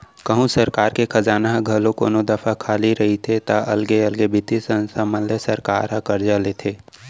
कहूँ सरकार के खजाना ह घलौ कोनो दफे खाली रहिथे ता अलगे अलगे बित्तीय संस्था मन ले सरकार ह करजा लेथे